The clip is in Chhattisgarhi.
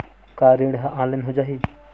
का ऋण ह ऑनलाइन हो जाही?